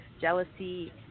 jealousy